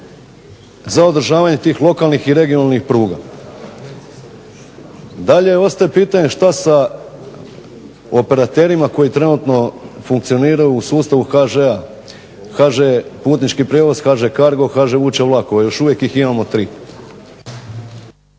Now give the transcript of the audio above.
za održavanje tih lokalnih i regionalnih pruga. Dalje ostaje pitanje što sa operaterima koji trenutno funkcioniraju u sustavu HŽ-a, HŽ putnički prijevoz, HŽ Cargo, HŽ Vuča vlakova, još uvijek ih imamo tri.